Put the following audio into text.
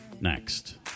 next